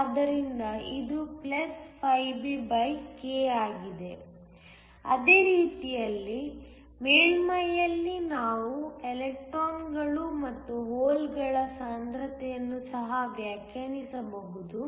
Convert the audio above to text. ಆದ್ದರಿಂದ ಇದು φBk ಆಗಿದೆ ಅದೇ ರೀತಿಯಲ್ಲಿ ಮೇಲ್ಮೈಯಲ್ಲಿ ನಾವು ಎಲೆಕ್ಟ್ರಾನ್ಗಳು ಮತ್ತು ಹೋಲ್ಗಳ ಸಾಂದ್ರತೆಯನ್ನು ಸಹ ವ್ಯಾಖ್ಯಾನಿಸಬಹುದು